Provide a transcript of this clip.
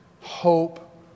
hope